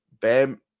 Bam